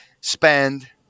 spend